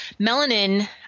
melanin